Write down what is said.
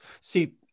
See